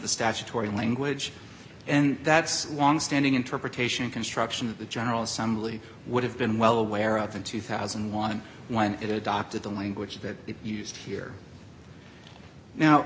the statutory language and that's one standing interpretation construction of the general assembly would have been well aware of in two thousand and one when it adopted the language that is used here now